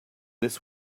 this